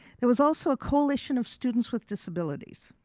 there was also a collation of students with disabilities.